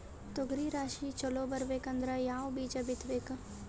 ತೊಗರಿ ರಾಶಿ ಚಲೋ ಬರಬೇಕಂದ್ರ ಯಾವ ಬೀಜ ಬಿತ್ತಬೇಕು?